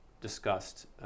discussed